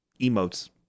emotes